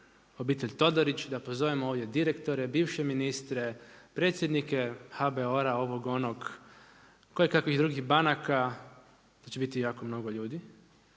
obitelj Todorić, da pozovemo ovdje direktore, bivše ministre, predsjednike HBOR-a, ovog, onog, koje kakvih drugih banaka, to će biti jako mnogo ljudi